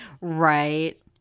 Right